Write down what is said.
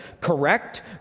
correct